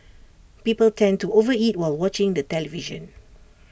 people tend to overeat while watching the television